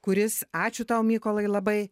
kuris ačiū tau mykolai labai